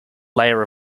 layer